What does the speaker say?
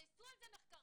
נעשו על זה מחקרים.